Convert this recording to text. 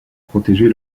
protéger